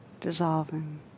dissolving